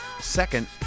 Second